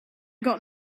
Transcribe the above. got